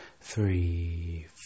three